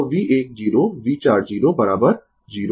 तो V 1 0 V 4 0 0